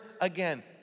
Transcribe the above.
again